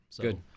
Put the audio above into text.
Good